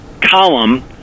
column